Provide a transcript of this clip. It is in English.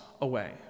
away